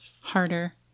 Harder